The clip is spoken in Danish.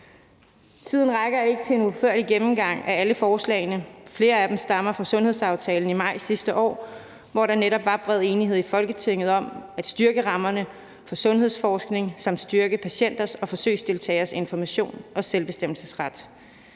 Tiden rækker ikke til en udførlig gennemgang af alle forslagene. Flere af dem stammer fra sundhedsaftalen i maj sidste år, hvor der netop var bred enighed i Folketinget om at styrke rammerne for sundhedsforskning samt styrke patienters og forsøgsdeltageres information og selvbestemmelsesret.